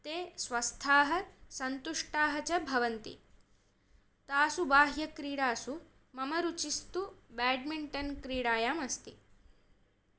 ते स्वस्थाः सन्तुष्टाः च भवन्ति तासु बाह्यक्रीडासु मम रुचिस्तु बेड्मिण्टन् क्रीडायामस्ति